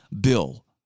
bill